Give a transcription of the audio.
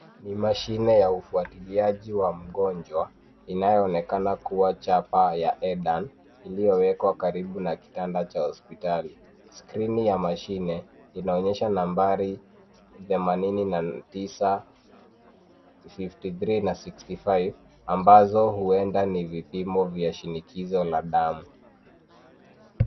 Ni mashine ya ufuatiliaji wa mgonjwa inayoonekana kuwa chapa ya edan iliyowekwa karibu na kitanda cha hospitali. Skrini ya mashine inaonyesha nambari themanini na tisa 53 na 65 ambazo huenda ni vipimo vya shinikizo la damu.